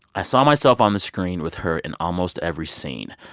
i saw myself on the screen with her in almost every scene.